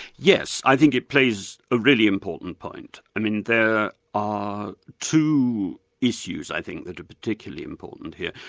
yes. i think it plays a really important point. i mean there are two issues i think that are particularly important here.